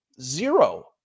Zero